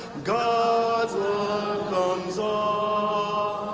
god welcomes all,